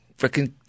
freaking